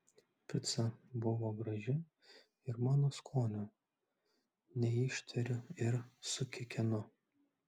pica buvo graži ir mano skonio neištveriu ir sukikenu